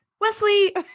Wesley